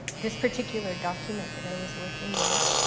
this particular document that i was working with,